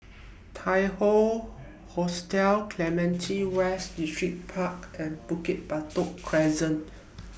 Tai Hoe Hostel Clementi West Distripark and Bukit Batok Crescent